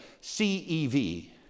C-E-V